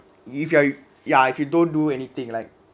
if you're ya if you don't do anything like